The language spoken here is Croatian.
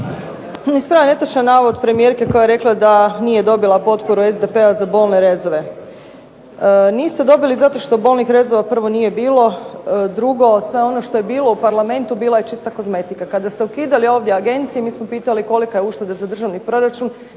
Ispravljam netočan navoda premijerke koja je rekla da nije dobila potporu SDP-a za bolne rezove. Niste dobili zato što bolnih rezova prvo nije bilo. Drugo, sve ono što je bilo u Parlamentu bila je čista kozmetika. Kada ste ukidali ovdje agencije mi smo pitali kolika je ušteda za državni proračun